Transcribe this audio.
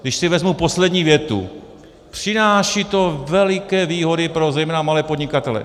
Když si vezmu poslední větu přináší to veliké výhody zejména pro malé podnikatele.